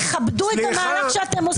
תכבדו את המהלך שאתם עושים.